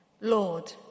Lord